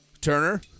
Turner